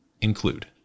include